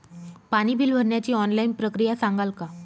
पाणी बिल भरण्याची ऑनलाईन प्रक्रिया सांगाल का?